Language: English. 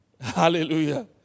Hallelujah